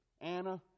Anna